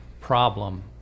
problem